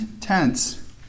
tense